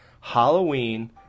Halloween